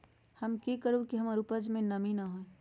हम की करू की हमर उपज में नमी न होए?